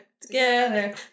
Together